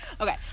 okay